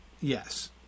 Yes